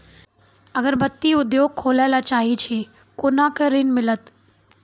अगरबत्ती उद्योग खोले ला चाहे छी कोना के ऋण मिलत?